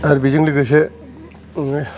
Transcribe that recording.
आरो बिजों लोगोसे नोङो